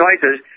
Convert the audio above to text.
choices